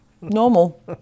normal